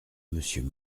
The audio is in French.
monsieur